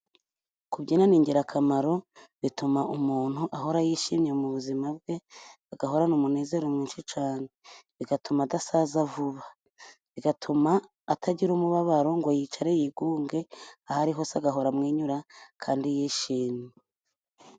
Kubyina ni ingirakamaro bituma umuntu ahora yishimye mu buzima bwe, bagahorana umunezero mwinshi cyane, bigatuma adasaza vuba bigatuma atagira umubabaro ngo yicare yigunge ahari hose, agahora amwenyura kandi yishimye.